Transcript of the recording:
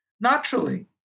Naturally